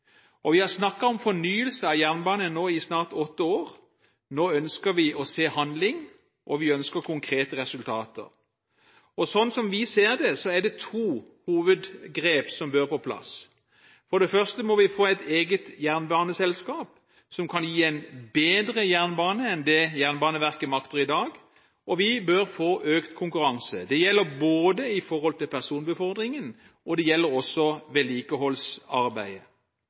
jernbanesektoren. Vi har snakket om fornyelse av jernbanen nå i snart åtte år – nå ønsker vi å se handling, og vi ønsker konkrete resultater. Slik vi ser det, er det to hovedgrep som bør på plass. For det første må vi få et eget jernbaneselskap som kan gi en bedre jernbane enn det Jernbaneverket makter i dag, og vi bør få økt konkurranse, både når det gjelder personbefordringen og vedlikeholdsarbeidet.